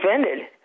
offended